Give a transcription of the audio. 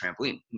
trampoline